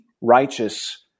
righteous